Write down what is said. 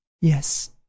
Yes